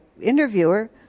interviewer